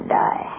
die